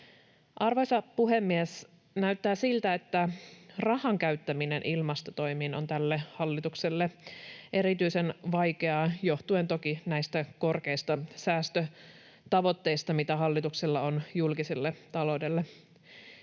Arvoisa puhemies! Näyttää siltä, että rahan käyttäminen ilmastotoimiin on tälle hallitukselle erityisen vaikeaa johtuen toki näistä korkeista säästötavoitteista, mitä hallituksella on julkiselle taloudelle.